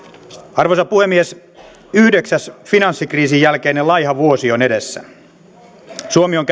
arvoisa puhemies yhdeksäs finanssikriisin jälkeinen laiha vuosi on edessä suomi on